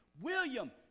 William